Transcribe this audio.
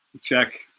Check